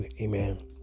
amen